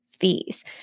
fees